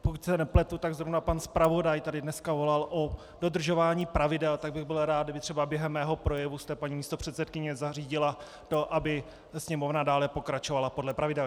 Pokud se nepletu, tak zrovna pan zpravodaj tady dneska volal po dodržování pravidel, tak bych byl rád, kdybyste třeba během mého projevu, paní místopředsedkyně, zařídila to, aby Sněmovna dále pokračovala podle pravidel.